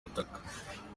butaka